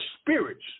spirits